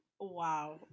Wow